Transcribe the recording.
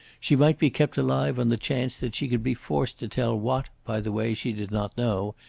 she might be kept alive on the chance that she could be forced to tell what, by the way, she did not know,